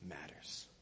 matters